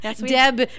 Deb